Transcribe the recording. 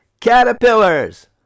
Caterpillars